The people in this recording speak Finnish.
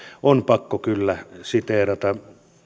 on pakko kyllä siteerata